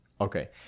Okay